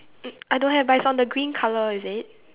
n~ I don't have but it's on the green colour is it